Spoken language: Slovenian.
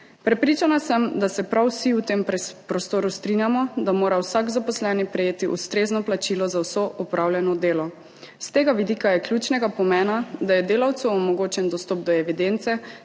Prepričana sem, da se prav vsi v tem prostoru strinjamo, da mora vsak zaposleni prejeti ustrezno plačilo za vso opravljeno delo. S tega vidika je ključnega pomena, da je delavcu omogočen dostop do evidence,